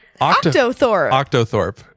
octothorpe